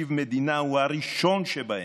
ותקציב מדינה הוא הראשון שבהם.